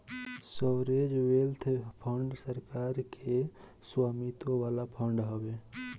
sovereign wealth fund सरकार के स्वामित्व वाला फंड हवे